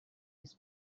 his